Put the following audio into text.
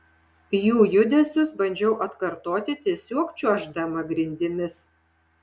jų judesius bandžiau atkartoti tiesiog čiuoždama grindimis